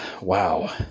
wow